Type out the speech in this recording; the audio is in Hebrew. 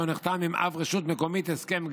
לא נחתם עם אף רשות מקומית הסכם גג,